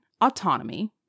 autonomy